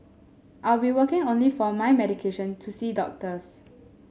out be working only for my medication to see doctors